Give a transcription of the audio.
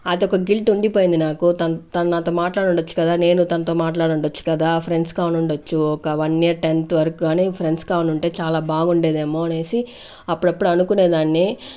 అదొక గిల్ట్ ఉండిపోయింది నాకు తన్ తన్ నాతో మాట్లాడిండోచ్చు కదా నేను తనతో మాట్లాడుండొచ్చు కదా ఫ్రెండ్స్ గా ఉండిండోచ్చు ఒక వన్ ఇయర్ టెన్త్ వరకు కాని ఫ్రెండ్స్ గా ఉండింటే చాలా బాగుండేదేమో అనేసి అప్పుడప్పుడు అనుకునే దాన్ని